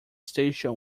station